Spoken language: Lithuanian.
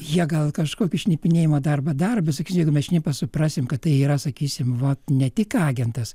jie gal kažkokį šnipinėjimo darbą daro bet sakysim jeigu mes šnipą suprasim kad tai yra sakysime va ne tik agentas